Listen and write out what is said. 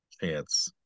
chance